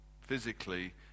physically